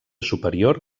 superior